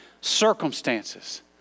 circumstances